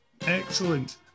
Excellent